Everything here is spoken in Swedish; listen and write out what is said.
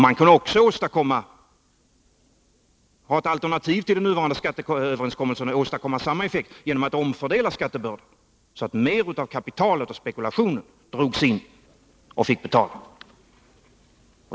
Man kan också ha ett alternativ till den nuvarande skatteöverenskommelsen och åstadkomma samma effekt genom att omfördela skattebördan så att mer av kapitalet och spekulationen drogsin och fick betala.